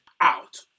out